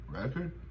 record